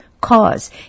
cause